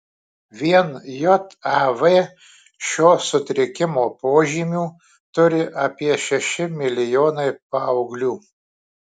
vien jav šio sutrikimo požymių turi apie šeši milijonai paauglių